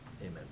Amen